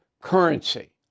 currency